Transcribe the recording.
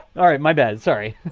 all right, my bad. sorry.